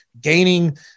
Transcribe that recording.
gaining